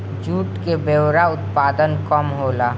jute के बोरा के उत्पादन कम होला